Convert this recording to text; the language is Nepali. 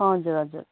हजुर हजुर